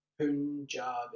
Punjab